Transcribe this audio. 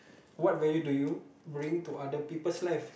what value do you bring to other people's life